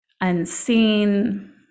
unseen